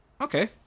okay